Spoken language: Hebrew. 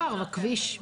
בכביש.